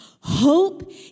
Hope